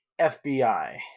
FBI